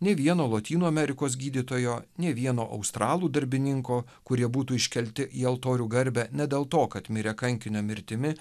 nei vieno lotynų amerikos gydytojo nė vieno australų darbininko kurie būtų iškelti į altorių garbę ne dėl to kad mirė kankinio mirtimi